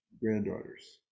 granddaughters